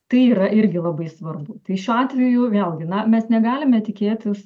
tai yra irgi labai svarbu tai šiuo atveju vėlgi na mes negalime tikėtis